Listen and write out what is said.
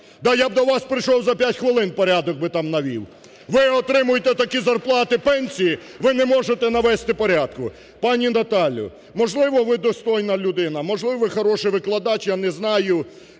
я б до вас прийшов – за 5 хвилин порядок би там навів! Ви отримуєте такі зарплати, пенсії! Ви не можете навести порядку! Пані Наталю, можливо, ви – достойна людина, можливо, ви – хороший викладач, я не знаю.